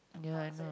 ya I know